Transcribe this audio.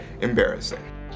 embarrassing